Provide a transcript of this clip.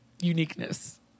uniqueness